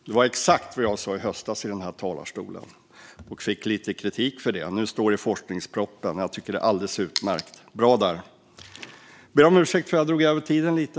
Det var exakt vad jag sa i höstas här i talarstolen. Jag fick lite kritik för det. Nu står det i forskningspropositionen. Jag tycker att det är alldeles utmärkt - bra där! Jag ber om ursäkt för att jag drog över tiden lite.